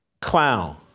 Clown